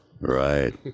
Right